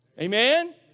Amen